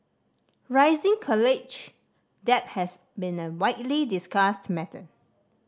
rising college debt has been a widely discussed matter